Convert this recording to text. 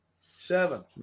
Seven